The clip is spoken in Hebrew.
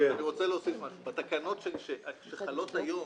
בתקנות שחלות היום